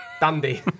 Dandy